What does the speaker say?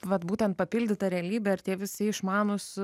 vat būtent papildyta realybe ir tie visi išmanūs